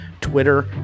twitter